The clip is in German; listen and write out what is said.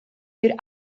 für